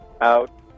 out